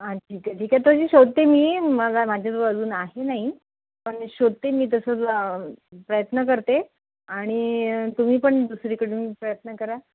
हां ठीक आहे ठीक आहे तशी शोधते मी मला माझ्याजवळ अजून आहे नाही पण शोधते मी तसं ज प्रयत्न करते आणि तुम्ही पण दुसरीकडून प्रयत्न करा